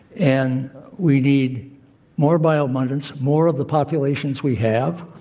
and we need more bio-abundance, more of the populations we have,